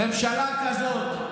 ממשלה כזאת,